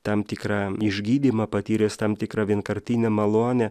tam tikrą išgydymą patyręs tam tikrą vienkartinę malonę